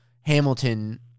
Hamilton